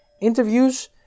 interviews